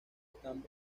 están